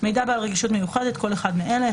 "מידע בעל רגישות מיוחדת" כל אחד מאלה: